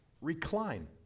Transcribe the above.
recline